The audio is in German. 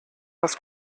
das